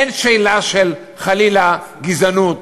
אין שאלה של, חלילה, גזענות